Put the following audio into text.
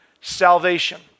salvation